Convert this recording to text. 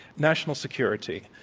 national security,